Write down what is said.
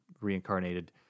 reincarnated